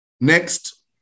Next